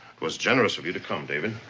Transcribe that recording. was generous of you to come, david.